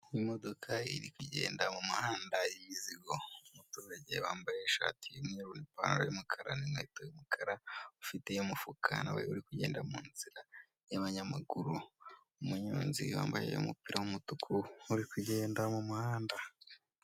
Imodoka iri kugenda mumuhanda y'imizigo umuturage wambaye ishati y'umweru n'ipantaro y'umukara n'inkweto y'umukara ufite umufuka nawe uri kugenda munzira y'abanyamaguru. umunyonzi wambaye umupira wumutuku uri kugenda mumuhanda.